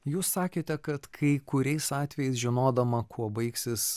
jūs sakėte kad kai kuriais atvejais žinodama kuo baigsis